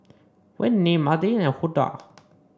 Whitney Madilynn and Huldah